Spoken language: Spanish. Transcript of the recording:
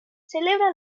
celebra